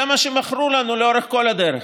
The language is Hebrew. זה מה שמכרו לנו לאורך כל הדרך.